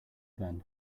then